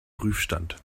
prüfstand